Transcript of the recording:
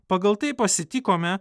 pagal tai pasitikome